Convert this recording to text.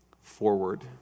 forward